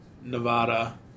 Nevada